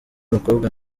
mukobwa